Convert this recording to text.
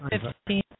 Fifteen